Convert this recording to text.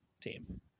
team